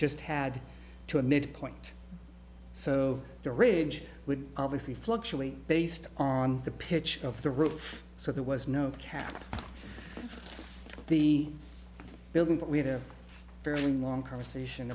just had to a midpoint so the ridge would obviously fluctuate based on the pitch of the roof so there was no cap of the building but we had a fairly long conversation